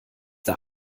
der